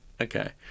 Okay